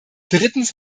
drittens